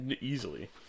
easily